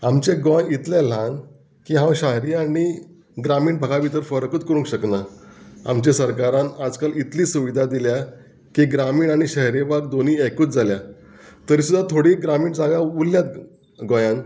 आमचें गोंय इतलें ल्हान की हांव शाहरी आनी ग्रामीण भागा भितर फरकूच करूंक शकना आमच्या सरकारान आजकाल इतली सुविधा दिल्या की ग्रामीण आनी शहरी भाग दोनूय एकूत जाल्या तरी सुद्दां थोडी ग्रामीण जागे उरल्यात गोंयांत